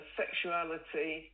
sexuality